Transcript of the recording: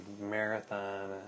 marathon